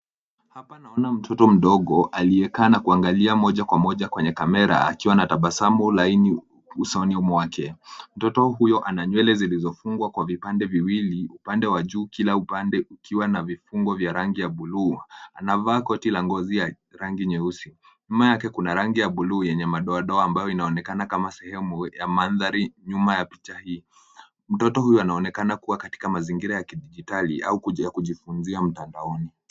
Hapa naona mtoto mdogo aliyekaa na kuangalia moja kwa moja kwenye kamera akiwa na tabasamu laini usoni mwake. Mtoto huyo ana nywele zilizofungwa kwa vipande viwili upande wa juu, kila upande ukiwa na vifungo vya rangi ya blue . Amevaa koti la ngozi ya rangi nyeusi. Nyuma yake kuna rangi ya blue yenye madoadoa ambayo inaonekana kama sehemu ya mandhari nyuma ya picha hii. Mtoto huyu anaonekana kuwa katika mazingira ya kidijitali au kujifunzia mtandaoni.